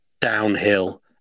downhill